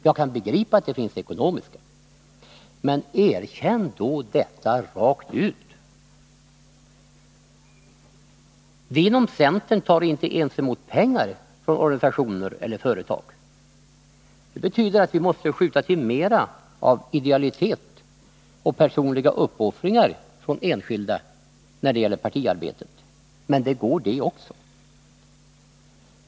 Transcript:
Jag kan begripa att det finns ekonomiska, men erkänn då detta rakt ut! Vi inom centern tar inte ens emot pengar från organisationer eller företag. Det betyder att vi måste skjuta till mera av idealitet och personliga uppoffringar från enskilda när det gäller partiarbetet, men det går också.